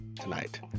tonight